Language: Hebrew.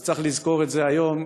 אז צריך לזכור את זה היום,